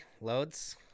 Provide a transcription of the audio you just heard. Loads